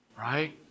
Right